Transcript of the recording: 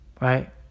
Right